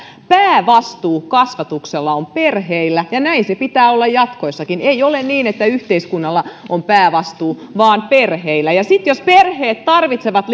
päävastuu kasvatuksesta on perheillä ja näin sen pitää olla jatkossakin ei ole niin että yhteiskunnalla on päävastuu vaan perheillä ja sitten jos perheet tarvitsevat